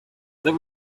there